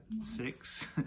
six